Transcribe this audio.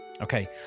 Okay